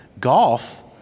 Golf